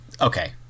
Okay